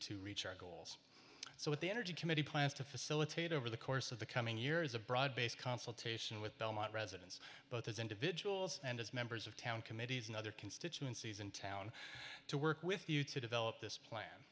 to reach our goals so what the energy committee plans to facilitate over the course of the coming year is a broad based consultation with belmont residents both as individuals and as members of town committees and other constituencies in town to work with you to develop this plan